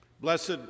Blessed